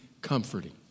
comforting